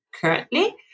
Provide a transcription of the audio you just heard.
currently